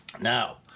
Now